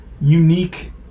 unique